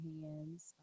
hands